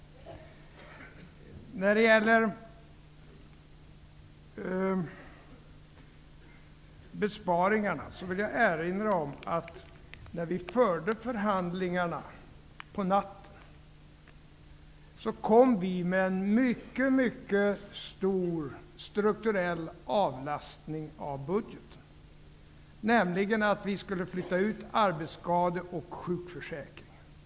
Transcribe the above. När det gäller besparingarna vill jag erinra om att vid de förhandlingar som fördes på natten kom vi med förslag om en mycket mycket stor strukturell avlastning av budgeten, nämligen att flytta ut arbetsskade och sjukförsäkring.